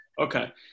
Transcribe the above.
Okay